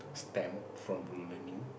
stamp from ballooning